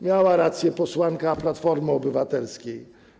Miała rację posłanka z Platformy Obywatelskiej.